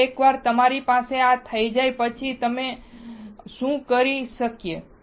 હવે એકવાર તમારી પાસે આ થઈ જાય પછી અમે શું કરી શકીએ